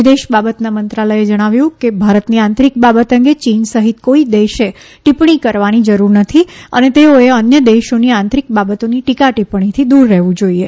વિદેશ બાબતોના મંત્રાલયે જણાવ્યું છે કે ભારતની આંતરિક બાબત અંગે ચીન સહિત કોઇ દેશે ટીપ્પણી કરવાની જરૂરત નથી અને તેઓએ અન્ય દેશોની આંતરિકત બાબતોની ટીકા ટીપ્પણીથી દૂર રહેવું જોઇએ